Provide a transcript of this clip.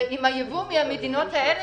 עם הייבוא מן המדינות האלה,